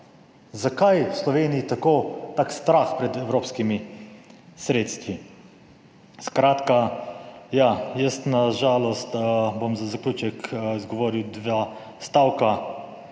Zakaj v Sloveniji tako tak strah pred evropskimi sredstvi? Skratka, ja, jaz na žalost bom za zaključek izgovoril dva stavka.